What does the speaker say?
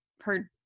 heard